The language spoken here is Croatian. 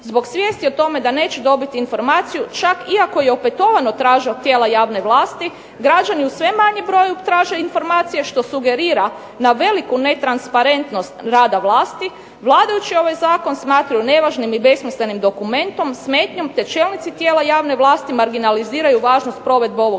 zbog svijesti o tome da neće dobit informaciju čak i ako je opetovano traži od tijela javne vlasti. Građani u sve manjem broju traže informacije što sugerira na veliku netransparentnost rada vlasti. Vladajući ovaj zakon smatraju nevažnim i besmislenim dokumentom, smetnjom te čelnici tijela javne vlasti marginaliziraju važnost provedbe ovog zakona,